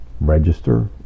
register